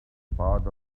part